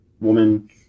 woman